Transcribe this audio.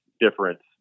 difference